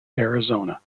arizona